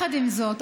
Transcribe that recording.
עם זאת,